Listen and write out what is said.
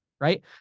right